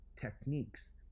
techniques